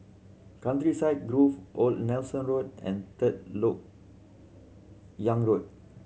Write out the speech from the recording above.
Countryside Grove Old Nelson Road and Third Lok Yang Road